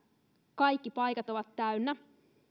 kaikki paikat ovat täynnä